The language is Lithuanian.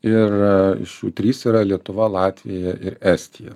ir iš jų trys yra lietuva latvija ir estija